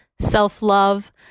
self-love